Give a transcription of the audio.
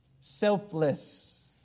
selfless